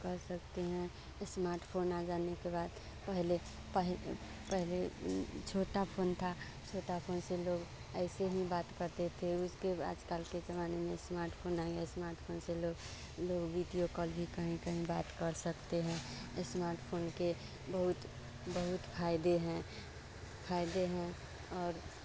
कह सकते हैं स्मार्टफोन आ जाने के बाद पहले पह पहले छोटा फोन था छोटा फोन से लोग ऐसे ही बात करते थे उसके आजकल के जमाने में स्मार्टफोन आ गया स्मार्टफोन से लोग लोग वीडियो कॉल भी कहीं कहीं बात कर सकते हैं स्मार्टफोन के बहुत बहुत फ़ायदे हैं फ़ायदे हैं और